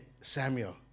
Samuel